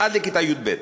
עד לכיתה י"ב.